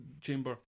chamber